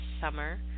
summer